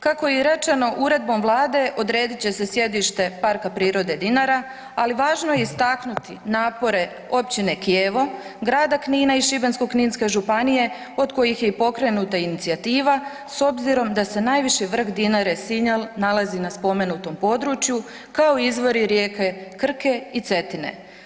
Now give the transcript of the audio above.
Kako je i rečeno uredbom Vlade odredit će se sjedište Parka prirode Dinara, ali važno je istaknuti napore Općine Kijevo, Grada Knina i Šibensko-kninske županije od kojih je i pokrenuta inicijativa s obzirom da se najviši vrh Dinare Sinjal nalazi na spomenutom području kao i izvori rijeke Krke i Cetine.